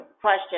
question